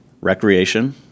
recreation